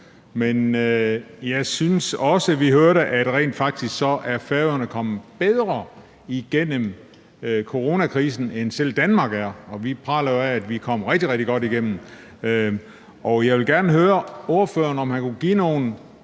men jeg synes også, vi hørte, at Færøerne rent faktisk er kommet bedre igennem coronakrisen, end selv Danmark er, og vi praler jo ellers af, at vi er kommet rigtig, rigtig godt igennem. Jeg vil gerne høre ordføreren, om han kunne give nogle